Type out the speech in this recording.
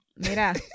Mira